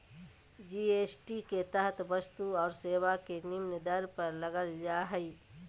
GST के तहत वस्तु और सेवा के निम्न दर पर लगल जा हइ